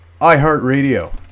iHeartRadio